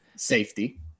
Safety